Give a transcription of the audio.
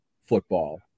football